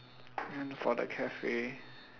then for the cafe